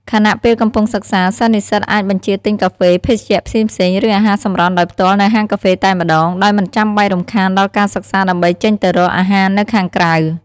ខណៈពេលកំពុងសិក្សា សិស្សនិស្សិតអាចបញ្ជាទិញកាហ្វេ ភេសជ្ជៈផ្សេងៗ ឬអាហារសម្រន់ដោយផ្ទាល់នៅហាងកាហ្វេតែម្ដង ដោយមិនចាំបាច់រំខានដល់ការសិក្សាដើម្បីចេញទៅរកអាហារនៅខាងក្រៅ។